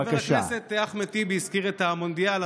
חבר הכנסת הזכיר את המונדיאל,